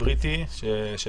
השבדי, בריטי מאתמול?